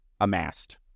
amassed